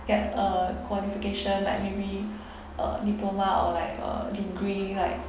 get a qualification like maybe a diploma or like a degree like